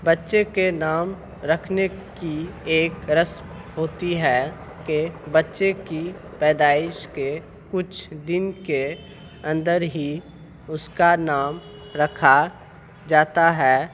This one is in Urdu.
بچے کے نام رکھنے کی ایک رسم ہوتی ہے کہ بچے کی پیدائش کے کچھ دن کے اندر ہی اس کا نام رکھا جاتا ہے